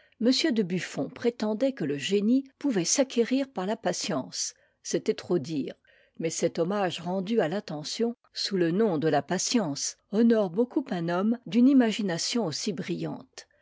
ai de buffon prétendait que le génie pouvait s'acquérir par la patience c'était trop dire mais cet hommage rendu à l'attention sous le nom de la patience honore beaucoup un homme d'une imagination aussi brillante